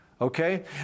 Okay